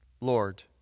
Lord